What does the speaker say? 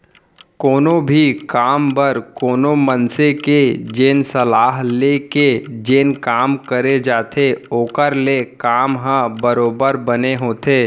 कोनो भी काम बर कोनो मनसे के जेन सलाह ले के जेन काम करे जाथे ओखर ले काम ह बरोबर बने होथे